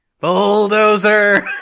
Bulldozer